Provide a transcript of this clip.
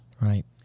Right